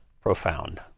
profound